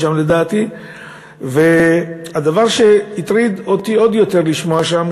הדבר שהטריד אותי עוד יותר לשמוע שם,